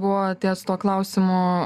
buvo ties tuo klausimu